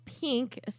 pink